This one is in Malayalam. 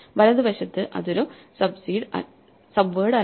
വലതു വശത്തു അത് ഒരു സബ്വേഡ് അല്ല